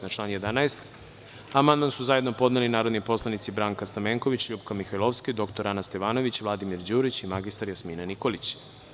Na član 11. amandman su zajedno podneli narodni poslanici Branka Stamenković, LJupka Mihajlovska, dr. Ana Stevanović, Vladimir Đurić i mr Jasmina Nikolić.